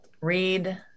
read